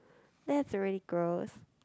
that's really gross